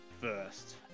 first